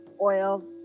oil